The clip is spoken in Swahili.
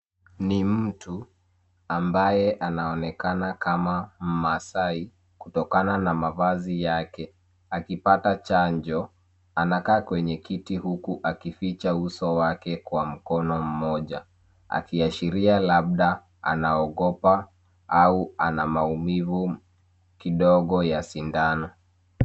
Ni mtu ambaye anaonekana kama Mmasai, kutokana na mavazi yake, akipata chanjo. Anakaa kwenye kiti huku akificha uso wake kwa mkono mmoja, akiashiria labda anaogopa, au ana maumivu kidogo ya sindano.